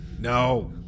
No